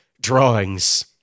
drawings